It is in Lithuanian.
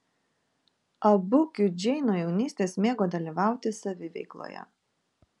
abu kiudžiai nuo jaunystės mėgo dalyvauti saviveikloje